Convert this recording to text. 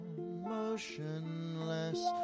motionless